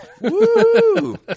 Woo